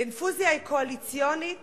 לאינפוזיה קואליציונית